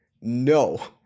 No